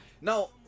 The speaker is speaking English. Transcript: Now